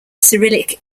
cyrillic